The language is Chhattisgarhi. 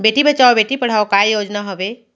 बेटी बचाओ बेटी पढ़ाओ का योजना हवे?